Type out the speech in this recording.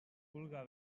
vulga